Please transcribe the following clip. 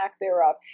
thereof